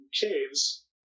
caves